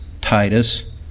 Titus